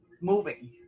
moving